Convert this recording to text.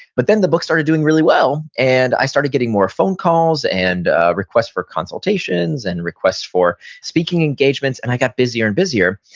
but then the book started doing really well, and i started getting more phone calls, and ah requests for consultations, and requests for speaking engagements, and i got busier and busier.